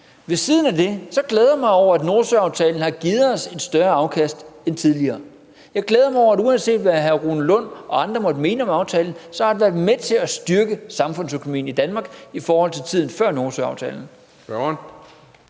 Ved siden af det glæder jeg mig over, at Nordsøaftalen har givet os et større afkast end tidligere. Jeg glæder mig over, at uanset hvad hr. Rune Lund eller andre måtte mene om aftalen, har den været med til at styrke samfundsøkonomien i Danmark i forhold til tiden før Nordsøaftalen.